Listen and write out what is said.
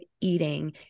eating